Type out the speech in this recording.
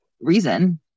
reason